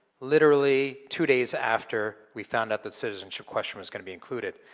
literally two days after we found out the citizenship question was gonna be included.